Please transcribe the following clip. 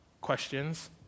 questions